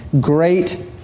great